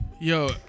Yo